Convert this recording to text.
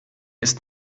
ist